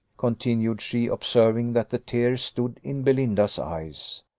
continued she, observing that the tears stood in belinda's eyes.